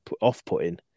off-putting